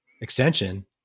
extension